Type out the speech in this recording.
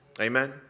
amen